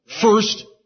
first